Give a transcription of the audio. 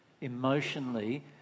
emotionally